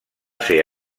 ser